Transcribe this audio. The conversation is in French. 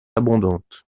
abondante